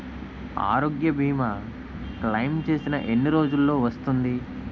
ఆరోగ్య భీమా క్లైమ్ చేసిన ఎన్ని రోజ్జులో వస్తుంది?